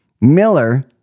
Miller